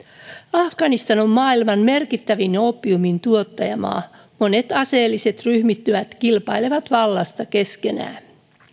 afganistan on maailman merkittävin oopiumintuottajamaa monet aseelliset ryhmittymät kilpailevat vallasta keskenään